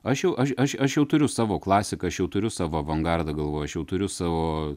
aš jau aš aš aš jau turiu savo klasiką aš jau turiu savo avangardą galvoju aš jau turiu savo